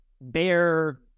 bear